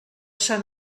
sant